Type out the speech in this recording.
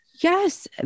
Yes